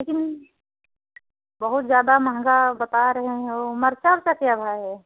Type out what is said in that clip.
लेकिन बहुत ज़्यादा महंगा बता रही हों मर्चा का क्या भाव है